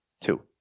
Two